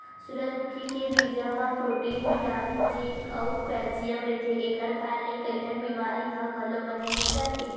सूरजमुखी के बीजा म प्रोटीन बिटामिन जिंक अउ केल्सियम रहिथे, एखर खांए ले कइठन बिमारी ह घलो बने हो जाथे